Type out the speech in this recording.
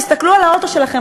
תסתכלו על האוטו שלכם,